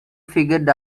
figured